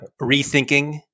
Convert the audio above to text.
Rethinking